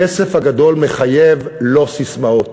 הכסף הגדול מחייב לא לומר ססמאות.